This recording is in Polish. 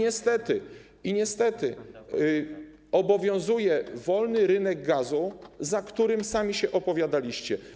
I niestety, obowiązuje wolny rynek gazu, za którym sami się opowiadaliście.